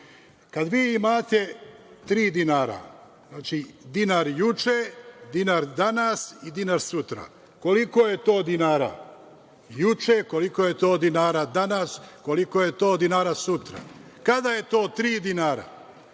Kad vi imate tri dinara, znači dinar juče, dinar danas i dinar sutra, koliko je to dinara juče? Koliko je to dinara juče, koliko je to dinara danas, koliko je to dinara